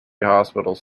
hospitals